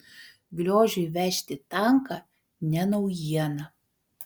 gliožiui vežti tanką ne naujiena